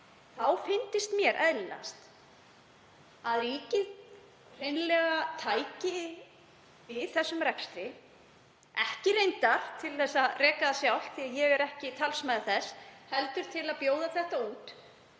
þá fyndist mér eðlilegast að ríkið hreinlega tæki við þessum rekstri, ekki til að reka það sjálft, því að ég er ekki talsmaður þess, heldur til að bjóða þetta út